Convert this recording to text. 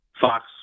fox